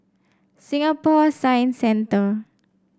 Singapore Science Centre